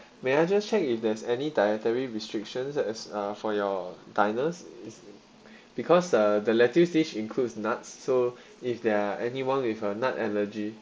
may I just check if there's any dietary restrictions as uh for your diners is because uh the lettuce dish includes nuts so if there're anyone with a nut allergy